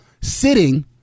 sitting